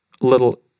little